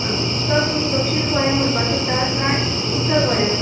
आं सर तुमी दक्षीण गोंया म्हणपा सोदतात काय उत्तर गोंयान